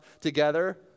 together